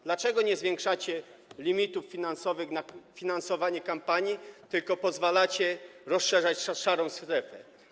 Dlaczego nie zwiększacie limitów finansowych na finansowanie kampanii, tylko pozwalacie rozszerzać szarą strefę?